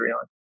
on